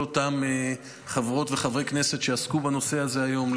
אותם חברות וחברי כנסת שעסקו בנושא הזה היום,